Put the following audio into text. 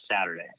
Saturday